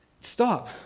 stop